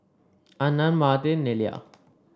Anand Mahade Neila